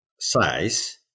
size